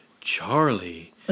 Charlie